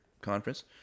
conference